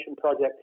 project